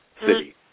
city